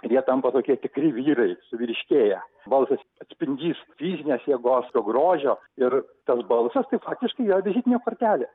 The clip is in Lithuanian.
ir jie tampa tokie tikri vyrai suvyriškėja balsas atspindys fizinės jėgos grožio ir tas balsas tai faktiškai yra vizitinė kortelė